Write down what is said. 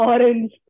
Orange